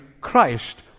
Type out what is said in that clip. Christ